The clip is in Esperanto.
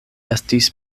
estis